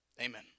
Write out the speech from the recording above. amen